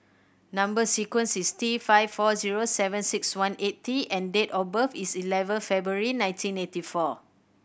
number sequence is T five four zero seven six one eight T and date of birth is eleven February nineteen eighty four